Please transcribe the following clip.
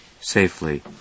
safely